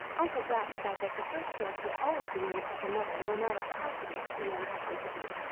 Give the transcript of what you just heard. uncle jack said that the first girl should always be named for her mother, no matter how hideous the name happened to be.